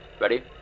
ready